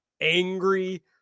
angry